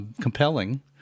compelling